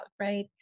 right